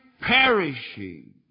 perishing